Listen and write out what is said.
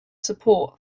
support